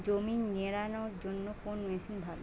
জমি নিড়ানোর জন্য কোন মেশিন ভালো?